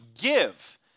give